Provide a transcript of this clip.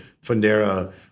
Fundera